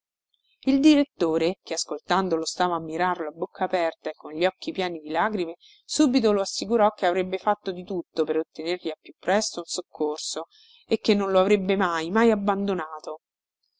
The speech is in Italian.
il direttore che ascoltandolo stava a mirarlo a bocca aperta e con gli occhi pieni di lagrime subito lo assicurò che avrebbe fatto di tutto per ottenergli al più presto un soccorso e che non lo avrebbe mai mai abbandonato